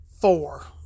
four